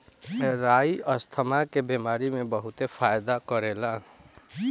राई asthma के बेमारी में बहुते फायदा करेला